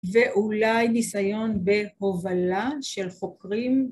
ואולי ניסיון בהובלה של חוקרים